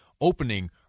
opening